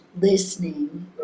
listening